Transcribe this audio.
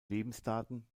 lebensdaten